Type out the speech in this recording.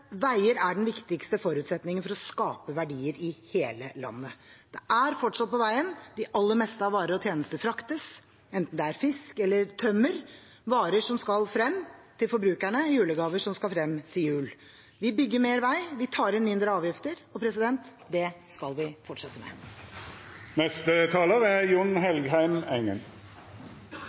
Veier er den viktigste forutsetningen for å skape verdier i hele landet. Det er fortsatt på veien det aller meste av varer og tjenester fraktes, enten det er fisk eller tømmer – varer som skal frem til forbrukerne, julegaver som skal frem til jul. Vi bygger mer vei, vi tar inn mindre avgifter. Det skal vi fortsette med. Det er